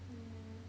mm